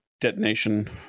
Detonation